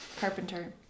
Carpenter